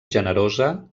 generosa